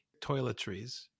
toiletries